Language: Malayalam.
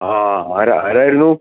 ആ ആരാണ് ആരായിരുന്നു